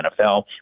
NFL